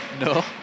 No